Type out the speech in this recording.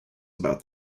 about